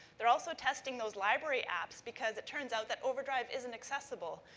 they're also testing those library apps because it turns out that overdrive isn't accessible.